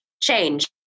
change